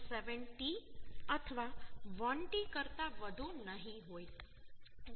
7t અથવા 1t કરતાં વધુ નહીં હોય